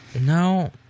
No